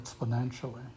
exponentially